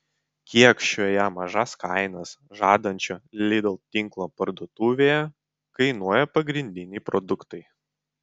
kiek šioje mažas kainas žadančio lidl tinklo parduotuvėje kainuoja pagrindiniai produktai